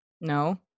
No